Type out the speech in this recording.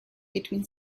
between